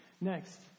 Next